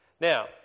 Now